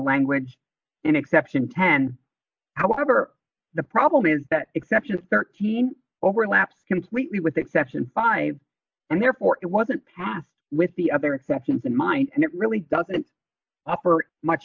language an exception ten however the problem is that exceptions thirteen overlaps completely with the exception five and therefore it wasn't passed with the other exceptions in mind and it really doesn't offer much